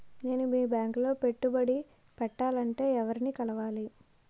నేను మీ బ్యాంక్ లో పెట్టుబడి పెట్టాలంటే ఎవరిని కలవాలి?